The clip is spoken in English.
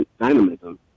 dynamism